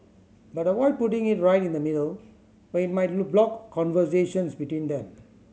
but avoid putting it right in the middle where it might block conversations between them